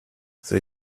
they